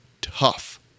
tough